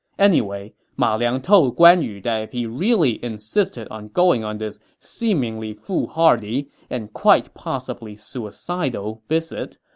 anyway, ma liang told guan yu that if he really insisted on going on this seemingly foolhardy and quite possibly suicidal visit,